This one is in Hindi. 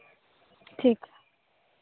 ठीक